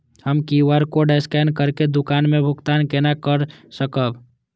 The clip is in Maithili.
हम क्यू.आर कोड स्कैन करके दुकान में भुगतान केना कर सकब?